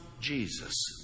Jesus